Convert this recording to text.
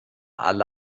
alle